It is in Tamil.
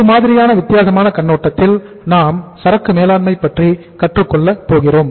இது மாதிரியான வித்தியாசமான கண்ணோட்டத்தில் நாம் சரக்கு மேலாண்மை பற்றி கற்றுக் கொள்ள போகிறோம்